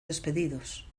despedidos